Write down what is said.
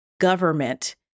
government